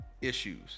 issues